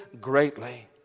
greatly